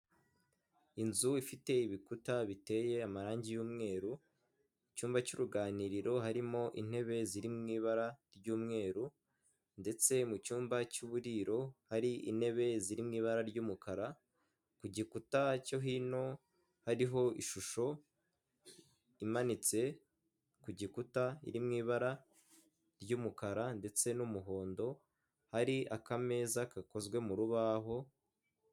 Inzu ifite ibikuta biteye amarangi y'umweru, mu cyumba cy'uruganiriro harimo intebe ziriw'i ibara ry'umweru ndetse mu cyumba cy'uburiro hari intebe ziri mu ibara ry'umukara, ku gikuta cyo hino hariho ishusho imanitse ku gikuta iri mu ibara ry'umukara ndetse n'umuhondo, hari akameza gakozwe mu rubaho.